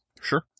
Sure